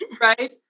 right